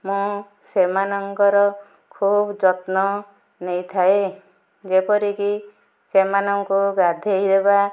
ମୁଁ ସେମାନଙ୍କର ଖୁବ ଯତ୍ନ ନେଇଥାଏ ଯେପରିକି ସେମାନଙ୍କୁ ଗାଧେଇ ଦେବା